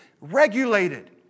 regulated